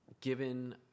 given